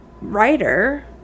writer